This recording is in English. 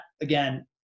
again